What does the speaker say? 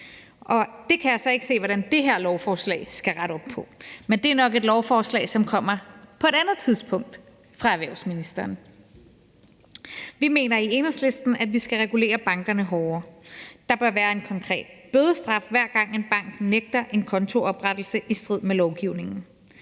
det kan jeg så ikke se hvordan det her lovforslag skal rette op på. Men det er nok et lovforslag, som kommer på et andet tidspunkt fra erhvervsministeren. Vi mener i Enhedslisten, at vi skal regulere bankerne hårdere. Der bør være en konkret bødestraf, hver gang en bank nægter en kontooprettelse i strid med lovgivningen.